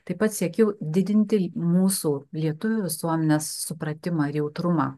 taip pat siekiau didinti mūsų lietuvių visuomenės supratimą ir jautrumą